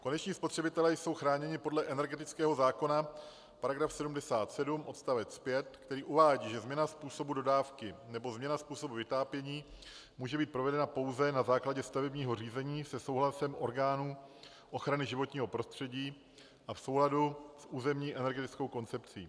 Koneční spotřebitelé jsou chráněni podle energetického zákona, § 77 odst. 5, který uvádí, že změna způsobu dodávky nebo změna způsobu vytápění může být provedena pouze na základě stavebního řízení se souhlasem orgánů ochrany životního prostředí a v souladu s územní energetickou koncepcí.